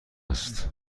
است